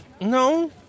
No